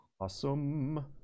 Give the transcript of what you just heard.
Awesome